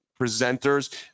presenters